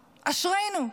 אשרינו.